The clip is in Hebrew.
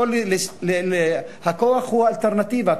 הכוח הוא אלטרנטיבה.